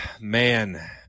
Man